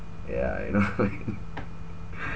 yeah you know